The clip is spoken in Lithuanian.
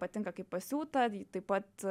patinka kaip pasiūta taip pat